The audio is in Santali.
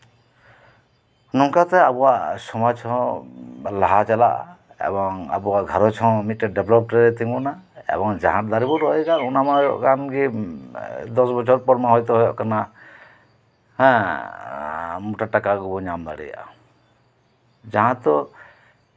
ᱱᱚᱝᱠᱟᱛᱮ ᱟᱵᱚᱣᱟᱜ ᱥᱚᱢᱟᱡᱽ ᱦᱚᱸ ᱞᱟᱦᱟ ᱪᱟᱞᱟᱜᱼᱟ ᱮᱵᱚᱝ ᱟᱵᱚᱣᱟᱜ ᱜᱷᱟᱸᱨᱚᱧᱡᱽ ᱦᱚᱸ ᱰᱮᱵᱷᱞᱚᱯ ᱨᱮ ᱛᱤᱸᱜᱩᱱᱟ ᱮᱵᱚᱝ ᱡᱟᱦᱟᱸ ᱫᱟᱨᱮ ᱵᱚᱱ ᱨᱚᱦᱚᱭ ᱠᱟᱜ ᱚᱱᱟ ᱢᱟ ᱫᱚᱥ ᱵᱚᱪᱷᱚᱨ ᱯᱚᱨ ᱦᱚᱭᱛᱳ ᱦᱩᱭᱩᱜ ᱠᱟᱱᱟ ᱦᱮᱸ ᱢᱳᱴᱟ ᱴᱟᱠᱟ ᱜᱮᱵᱚᱱ ᱧᱟᱢ ᱫᱟᱲᱮᱭᱟᱜᱼᱟ ᱡᱟᱸᱦᱟ ᱛᱚ